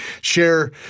share